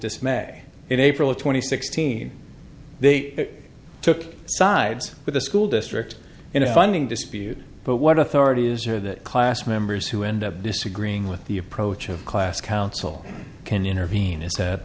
dismay in april twenty sixth seen they took sides with the school district in a funding dispute but what authorities are that class members who end up disagreeing with the approach of class council can intervene as